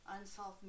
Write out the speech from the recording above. Unsolved